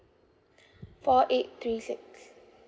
four eight three six